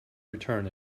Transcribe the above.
return